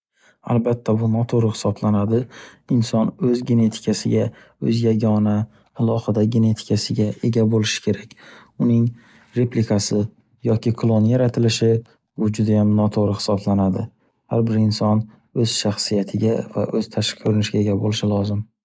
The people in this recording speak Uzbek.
Albatta bu noto’g’ri hisoblanadi. Inson o’z genetikasiga, o’z yagona, alohida genetikasiga ega bo’lishi kerak. Uning replikasi yoki kloni yaratilishi bu judayam noto’g’ri hisoblanadi. Har bir inson o’z shaxsiyatiga va o’z tashqi ko’rinishiga ega bo’lishi lozim.